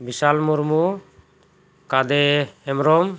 ᱵᱤᱥᱟᱞ ᱢᱩᱨᱢᱩ ᱠᱟᱫᱮ ᱦᱮᱢᱵᱨᱚᱢ